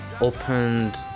opened